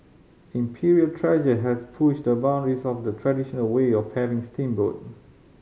Imperial Treasure has pushed the boundaries of the traditional way of having steamboat